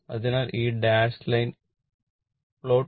അതിനാൽ ഈ dash line plot